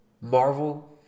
Marvel